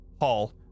hall